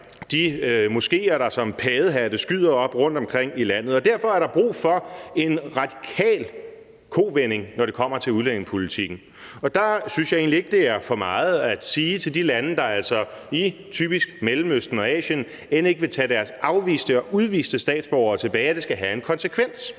de moskeer, der som paddehatte skyder op rundtomkring i landet, og derfor er der brug for en radikal kovending, når det kommer til udlændingepolitikken. Der synes jeg egentlig ikke, det er for meget at sige til de lande, typisk i Mellemøsten og Asien, der altså end ikke vil tage deres afviste og udviste statsborgere tilbage, at det skal have en konsekvens.